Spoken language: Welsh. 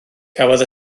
cafodd